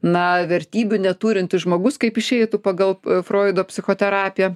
na vertybių neturintis žmogus kaip išeitų pagal froido psichoterapiją